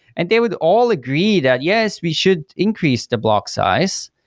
and they would all agree that yes, we should increase the block size,